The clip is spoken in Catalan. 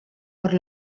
per